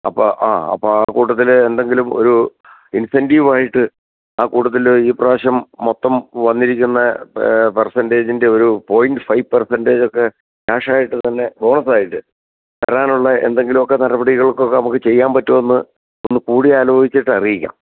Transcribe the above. അപ്പോൾ ആ അപ്പോൾ ആ കൂട്ടത്തിൽ എന്തെങ്കിലും ഒരു ഇന്സെന്റീവ് ആയിട്ട് ആ കൂട്ടത്തിൽ ഈ പ്രാവശ്യം മൊത്തം വന്നിരിക്കുന്നത് പേര്സെന്റേജിന്റെ ഒരു പോയിന്റ് ഫൈവ് പേര്സെന്റേജൊക്കെ ക്യാഷ് ആയിട്ട് തന്നെ ബോണസായിട്ട് തരാനുള്ള എന്തെങ്കിലുമൊക്കെ നടപടികള്ക്കൊക്കെ നമുക്ക് ചെയ്യാന് പറ്റുമോ എന്ന് ഒന്ന് കൂടിയാലോചിച്ചിട്ട് അറിയിക്കാം